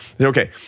Okay